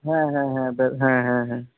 ᱦᱮᱸ ᱦᱮᱸ ᱦᱮᱸ ᱵᱮᱥ ᱦᱮᱸ ᱦᱮᱸ